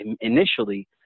initially